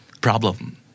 problem